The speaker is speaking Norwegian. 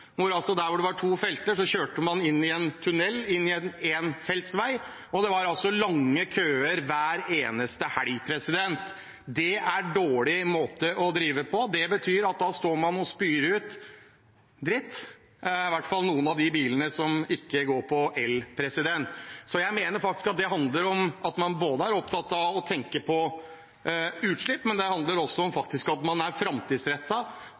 Der det var to felter, kjørte man inn i en tunnel, inn i en ettfelts vei, og det var lange køer hver eneste helg. Det er en dårlig måte å drive på. Det betyr at man står og spyr ut dritt, i hvert fall fra noen av de bilene som ikke går på el. Jeg mener det handler om at man er opptatt av å tenke på utslipp, men det handler faktisk også om at man er